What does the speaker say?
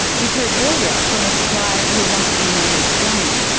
we've heard earlier from a supplier who wants to be known as danny.